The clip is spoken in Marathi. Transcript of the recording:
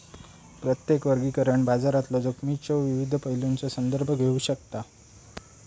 प्रत्येक वर्गीकरण बाजारातलो जोखमीच्यो विविध पैलूंचो संदर्भ घेऊ शकता